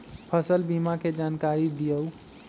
फसल बीमा के जानकारी दिअऊ?